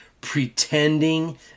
pretending